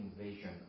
invasion